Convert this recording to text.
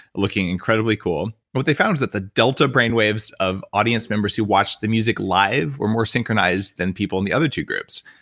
looking incredibly cool what they found was that the delta brainwaves of audience members who watched the music live were more synchronized than people in the other two groups.